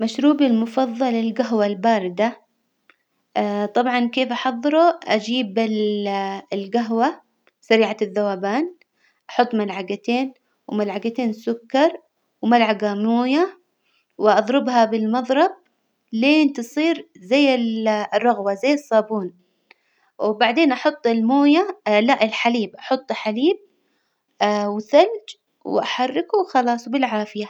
مشروبي المفظل الجهوة الباردة طبعا كيف أحضره؟ أجيب الجهوة سريعة الذوبان أحط ملعجتين، وملعجتين سكر وملعجة موية، وأظربها بالمظرب لين تصير زي الرغوة زي الصابون، وبعدين أحط الموية لا الحليب، أحط حليب وثلج وأحركه وخلاص وبالعافية.